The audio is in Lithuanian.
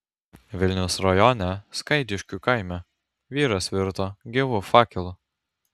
vilniaus rajone skaidiškių kaime vyras virto gyvu fakelu